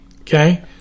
Okay